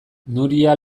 nuria